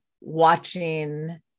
watching